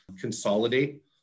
consolidate